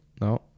No